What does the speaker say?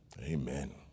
Amen